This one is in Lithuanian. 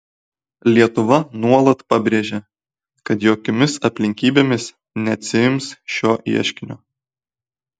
lietuva nuolat pabrėžia kad jokiomis aplinkybėmis neatsiims šio ieškinio